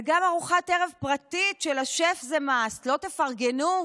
וגם ארוחת ערב פרטית של השף זה must, לא תפרגנו?